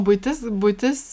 buitis buitis